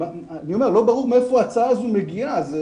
ברור מאיפה ההצעה הזאת מגיעה.